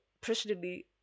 personally